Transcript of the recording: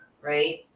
right